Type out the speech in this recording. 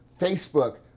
Facebook